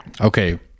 Okay